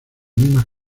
mismas